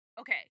okay